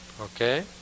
okay